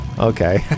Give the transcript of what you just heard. Okay